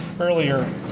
earlier